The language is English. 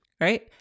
right